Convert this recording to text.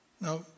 Now